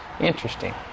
interesting